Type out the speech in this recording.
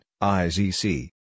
I-Z-C